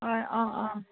হয় অঁ অঁ